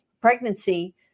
pregnancy